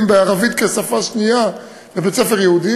בערבית כשפה שנייה בבית-ספר יהודי.